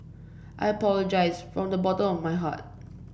I apologise from the bottom of my heart